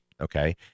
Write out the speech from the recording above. Okay